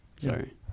Sorry